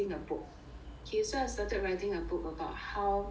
okay so I started writing a book about how